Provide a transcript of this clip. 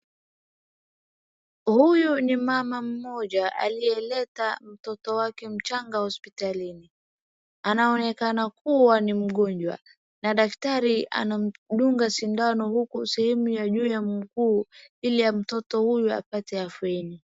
Huyu ni mama moja aliyeleta mtoto wake mchanga hospitalini. Anaonekana kuwa ni mgonjwa, na daktari anamdunga sindano huku sehemu ya juu ya mguu, ili mtoto huyu apate afueni.